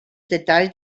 detalls